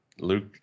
luke